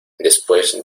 después